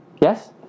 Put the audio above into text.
Yes